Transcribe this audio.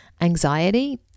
anxiety